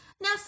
Now